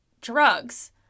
drugs